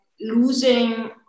losing